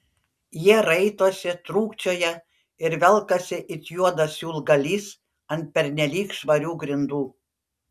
jie raitosi trūkčioja ir velkasi it juodas siūlgalys ant pernelyg švarių grindų